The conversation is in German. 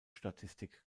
statistik